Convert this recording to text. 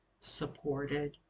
supported